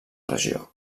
regió